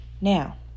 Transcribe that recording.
Now